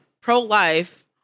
pro-life